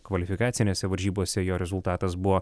kvalifikacinėse varžybose jo rezultatas buvo